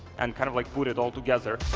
and kind of like put it all together.